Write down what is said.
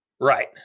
Right